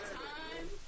time